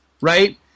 right